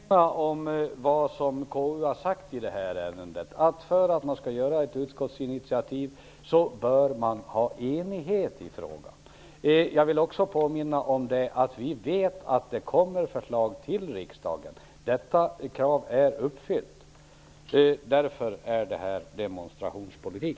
Herr talman! Jag vill påminna om vad KU har sagt i det här ärendet. För att man skall ta ett utskottsinitiativ bör det råda enighet i frågan. Jag vill också påminna om att vi vet att det kommer förslag till riksdagen. Det kravet är uppfyllt. Därför är detta demonstrationspolitik.